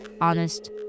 honest